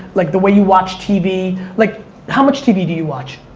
like the way you watch tv, like how much tv do you watch?